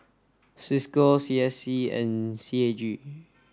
Cisco C S C and C A G